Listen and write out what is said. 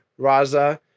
Raza